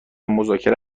مذاکره